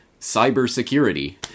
cybersecurity